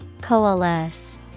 Coalesce